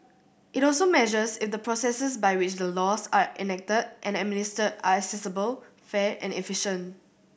it also measures if the processes by which the laws are enacted and administered are accessible fair and efficient